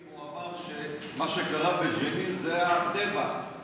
הוא אמר שמה שקרה בג'נין היה טבח.